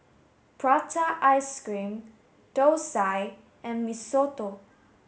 Prata ice cream Thosai and Mee Soto